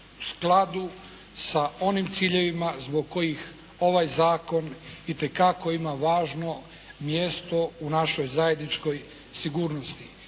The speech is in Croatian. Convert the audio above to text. u skladu sa onim ciljevima zbog kojih ovaj Zakon itekako ima važno mjesto u našoj zajedničkoj sigurnosti.